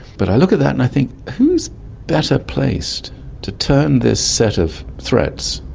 but i look at that and i think who is better placed to turn this set of threats